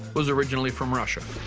was originally from russia.